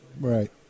Right